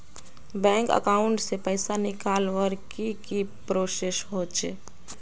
Bank account से पैसा निकालवर की की प्रोसेस होचे?